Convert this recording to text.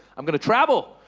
i'm going to travel.